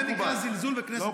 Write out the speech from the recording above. זה נקרא זלזול בכנסת ישראל.